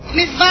Miss